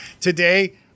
Today